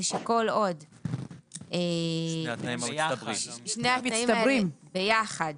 כל עוד שני התנאים האלה ביחד